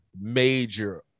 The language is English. major